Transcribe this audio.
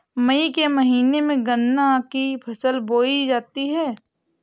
मई के महीने में गन्ना की फसल बोई जाती है